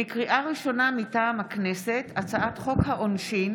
לקריאה ראשונה, מטעם הכנסת, הצעת חוק העונשין